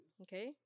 Okay